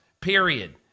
period